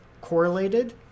correlated